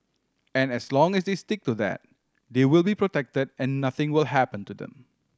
and as long they stick to that they will be protected and nothing will happen to them